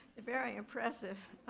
very impressive.